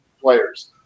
players